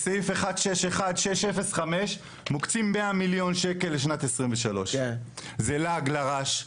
בסעיף 161605 מוקצים 100 מיליון שקלים לשנת 2023. זה לעג לרש.